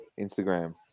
Instagram